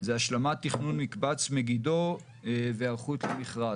זה השלמת תכנון מקבץ מגידו והיערכות למכרז.